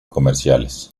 comerciales